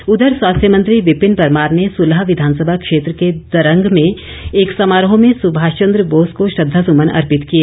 परमार उधर स्वास्थ्य मंत्री विपिन परमार ने सुलह विधानसभा क्षेत्र के दरंग में एक समारोह में सुभाष चंद्र बोस को श्रद्वासुमन अर्पित किए